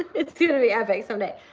it's gonna be epic someday.